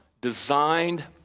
designed